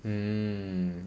mm